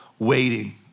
Waiting